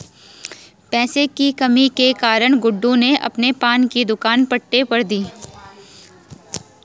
पैसे की कमी के कारण गुड्डू ने अपने पान की दुकान पट्टे पर दी